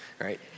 right